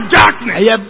darkness